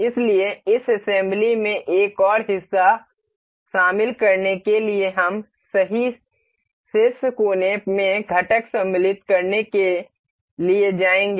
इसलिए इस असेंबली में एक और हिस्सा शामिल करने के लिए हम सही शीर्ष कोने में घटक सम्मिलित करने के लिए जाएंगे